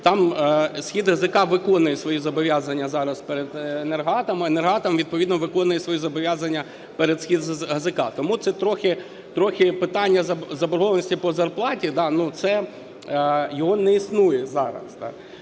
там "СхідГЗК" виконує свої зобов'язання зараз перед "Енергоатомом", а "Енергоатом" відповідно виконує свої зобов'язання перед "СхідГЗК". Тому це трохи питання заборгованості по зарплаті, це його не існує зараз.